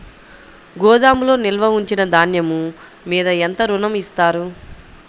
గోదాములో నిల్వ ఉంచిన ధాన్యము మీద ఎంత ఋణం ఇస్తారు?